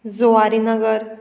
Zuari Nagar